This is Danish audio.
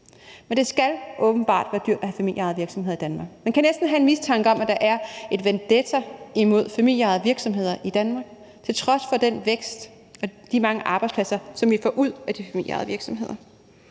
Men det skal åbenbart være dyrt at have familieejede virksomheder i Danmark. Man kan næsten have en mistanke om, at der er en vendetta imod familieejede virksomheder i Danmark – til trods for den vækst og de mange arbejdspladser, som vi får ud af de familieejede virksomheder.